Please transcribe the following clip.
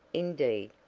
indeed,